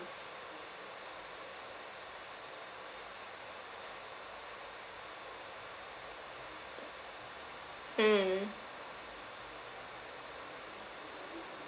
mm